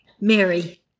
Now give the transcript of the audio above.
Mary